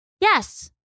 Yes